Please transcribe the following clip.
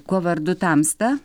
kuo vardu tamsta